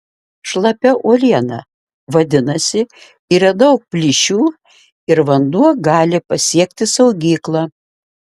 šlapia uoliena vadinasi yra daug plyšių ir vanduo gali pasiekti saugyklą